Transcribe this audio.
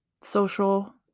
social